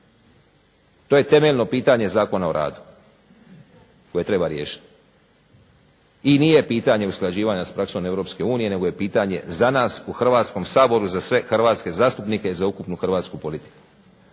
To je temeljno pitanje Zakona o radu koje treba riješiti. I nije pitanje usklađivanja s praksom EU nego je pitanje za nas u Hrvatskom saboru za sve hrvatske zastupnike i za ukupnu hrvatsku politiku.